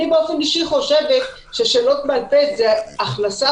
אני אישית חושבת ששאלות בעל-פה זה כניסה